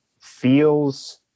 feels